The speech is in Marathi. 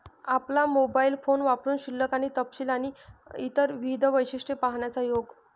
आपला मोबाइल फोन वापरुन शिल्लक आणि तपशील आणि इतर विविध वैशिष्ट्ये पाहण्याचा योग